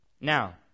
Now